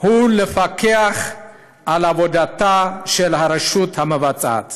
הוא לפקח על עבודתה של הרשות המבצעת